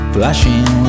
Flashing